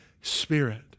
spirit